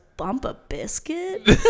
Bump-a-biscuit